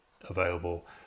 available